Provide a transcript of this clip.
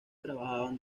trabajaban